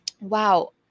wow